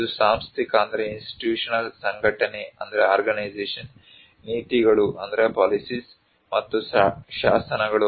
ಒಂದು ಸಾಂಸ್ಥಿಕ ಸಂಘಟನೆ ನೀತಿಗಳು ಮತ್ತು ಶಾಸನಗಳು